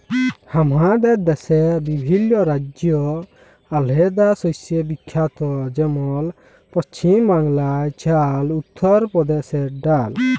আমাদের দ্যাশে বিভিল্ল্য রাজ্য আলেদা শস্যে বিখ্যাত যেমল পছিম বাংলায় চাল, উত্তর পরদেশে ডাল